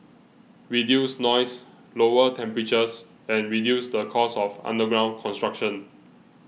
reduce noise lower temperatures and reduce the cost of underground construction